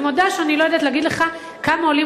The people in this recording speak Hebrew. אני מודה שאני לא יודעת להגיד לך כמה עולים